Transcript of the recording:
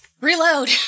Reload